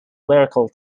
lyrical